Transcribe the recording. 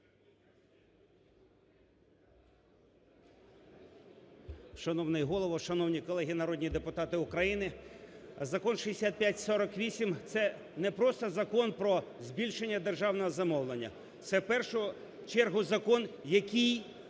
Шановний Голово! Шановні колеги, народні депутати України! Закон 6548 це не просто Закон про збільшення державного замовлення, це в першу чергу закон, який